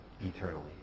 eternally